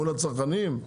מול הצרכנים?